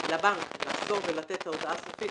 לבדוק ולחזור ולתת את ההודעה הסופית,